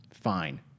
Fine